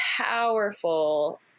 powerful